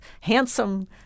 handsome